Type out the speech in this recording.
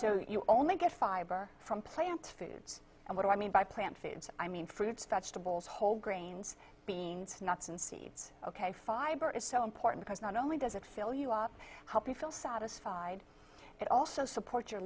so you only get five from plant foods and what i mean by plant foods i mean fruits vegetables whole grains beans nuts and seeds ok fiber is so important because not only does it feel you are help you feel satisfied it also supports your